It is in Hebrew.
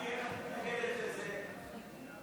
לרשותך שלוש דקות, בבקשה.